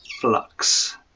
flux